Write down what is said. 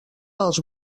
als